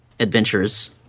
adventures